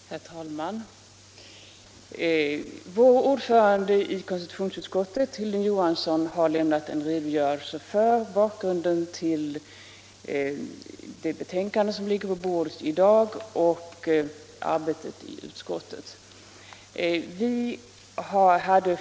Herr talman! Vår ordförande i konstitutionsutskottet, Hilding Johansson, har här lämnat en redogörelse för bakgrunden till det utskottsbetänkande som vi nu behandlar och för arbetet i utskottet.